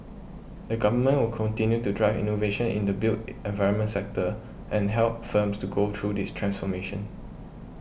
the Government will continue to drive innovation in the built environment sector and help firms to go through this transformation